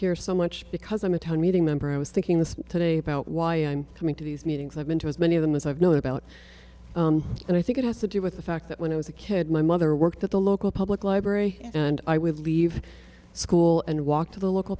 hear so much because i'm a town meeting member i was thinking this today about why i'm coming to these meetings i've been to as many of them as i've known about and i think it has to do with the fact that when i was a kid my mother worked at the local public library and i would leave school and walk to the local